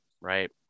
right